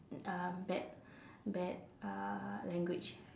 uh bad bad uh language